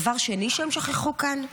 דבר שני שהם שכחו כאן,